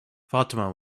fatima